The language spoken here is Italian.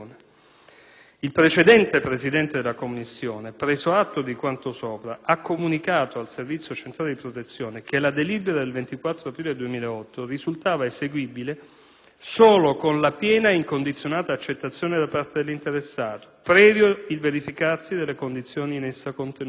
Il precedente presidente della commissione, preso atto di quanto sopra, ha comunicato al Servizio centrale di protezione che la delibera del 24 aprile 2008 risultava eseguibile solo con la piena e incondizionata accettazione da parte dell'interessato, previo il verificarsi delle condizioni in essa contenute.